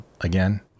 again